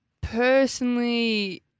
Personally